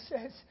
says